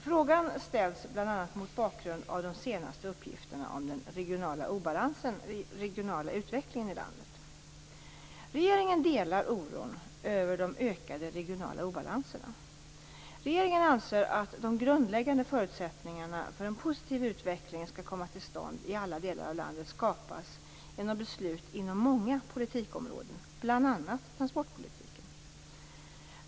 Frågan ställs bl.a. mot bakgrund av de senaste uppgifterna om den regionala utvecklingen i landet. Regeringen delar oron över de ökade regionala obalanserna. Regeringen anser att de grundläggande förutsättningarna för att en positiv utveckling skall komma till stånd i alla delar av landet skapas genom beslut inom många politikområden, bl.a. transportpolitiken.